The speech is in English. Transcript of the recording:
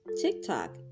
TikTok